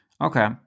Okay